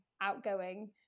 outgoing